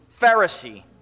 Pharisee